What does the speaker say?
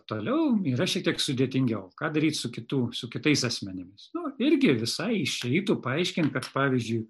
toliau yra šiek tiek sudėtingiau ką daryt su kitų su kitais asmenimis nu irgi visai išeitų paaiškint kad pavyzdžiui